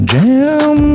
Jam